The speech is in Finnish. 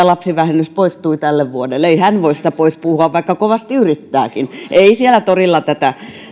lapsivähennys poistui tälle vuodelle ei hän voi sitä pois puhua vaikka kovasti yrittääkin ei siellä torilla